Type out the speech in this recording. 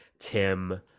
tim